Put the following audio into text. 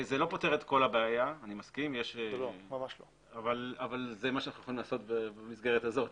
זה לא פותר את כל הבעיה אבל זה מה שאנחנו יכולים לעשות במסגרת הזאת.